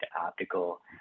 optical